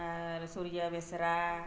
ᱟᱨ ᱥᱩᱨᱡᱚ ᱵᱮᱥᱨᱟ